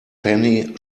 penny